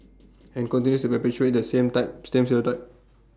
and continue to perpetuate that same type same stereotype